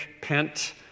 pent